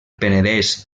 penedès